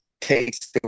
takes